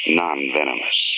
non-venomous